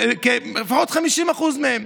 לפחות 50% מהם.